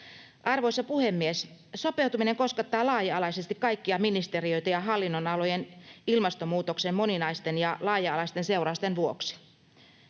Arvoisa puhemies! Sopeutuminen koskettaa laaja-alaisesti kaikkia ministeriöitä ja eri hallintoaloja ilmastonmuutoksen moninaisten ja laaja-alaisten seurausten vuoksi.